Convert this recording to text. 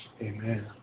Amen